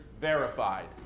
verified